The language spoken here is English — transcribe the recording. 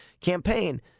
campaign